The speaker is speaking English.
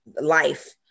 life